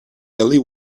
ellie